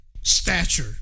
stature